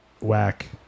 whack